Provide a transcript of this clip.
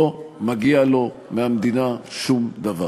לא מגיע לו מהמדינה שום דבר.